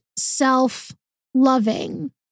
self-loving